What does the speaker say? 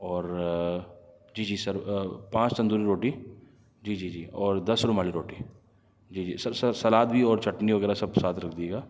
اور جی جی سر پانچ تندوری روٹی جی جی جی اور دس رومالی روٹی جی جی سر سر سلاد بھی اور چٹنی وغیرہ سب ساتھ رکھ دیجئے گا